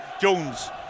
Jones